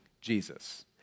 Jesus